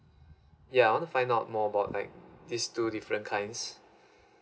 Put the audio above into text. yeah I wanna find out more about like this two different kinds